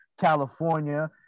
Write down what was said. California